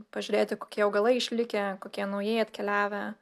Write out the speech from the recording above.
pažiūrėti kokie augalai išlikę kokie naujai atkeliavę